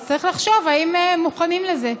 אז צריך לחשוב אם מוכנים לזה.